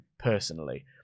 personally